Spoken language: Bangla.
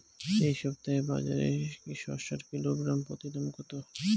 এই সপ্তাহে বাজারে শসার কিলোগ্রাম প্রতি দাম কত?